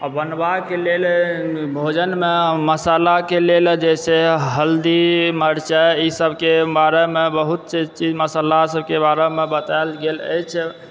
आ बनबाके लेल भोजन मे मसालाके लेल जे से हल्दी मरचाई ईसब के बारेमे बहुत चीज़ सब मसाला सब के बारे मे बतायल गेल अछि